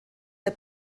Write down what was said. der